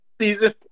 season